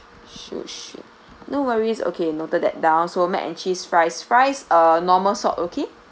shoe string no worries okay noted that down so mac and cheese fries fries uh normal salt okay